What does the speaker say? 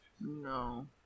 No